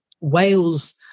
Wales